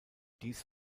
dies